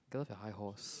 get off your high horse